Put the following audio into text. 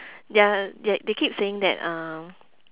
their they keep saying that um